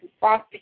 foster